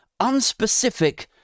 unspecific